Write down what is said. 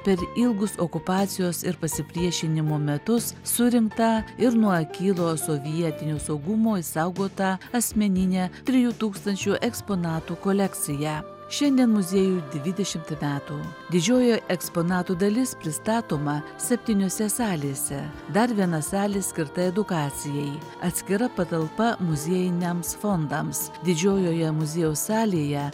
per ilgus okupacijos ir pasipriešinimo metus surinktą ir nuo akylo sovietinio saugumo išsaugotą asmeninę trijų tūkstančių eksponatų kolekciją šiandien muziejui dvidešimt metų didžioji eksponatų dalis pristatoma septyniose salėse dar viena salė skirta edukacijai atskira patalpa muziejiniams fondams didžiojoje muziejaus salėje